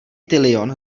tilion